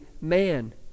man